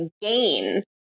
gain